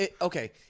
Okay